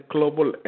Global